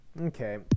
Okay